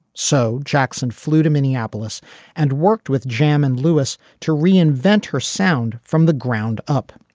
so jackson flew to minneapolis and worked with jam and lewis to reinvent her sound from the ground up